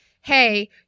hey